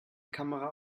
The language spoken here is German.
kamera